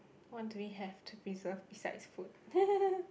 what do we have to preserve besides food